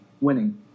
winning